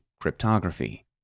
cryptography